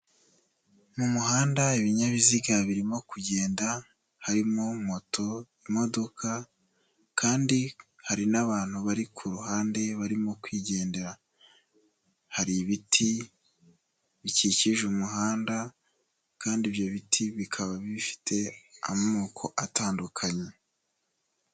Mu muhanda ibinyabiziga birimo kugenda, harimo moto, imodoka kandi hari n'abantu bari ku ruhande barimo kwigendera. Hari ibiti bikikije umuhanda kandi ibyo biti bikaba bifite amoko atandukanye.